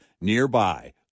nearby